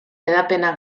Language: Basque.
hedapena